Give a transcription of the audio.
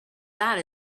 that